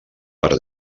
per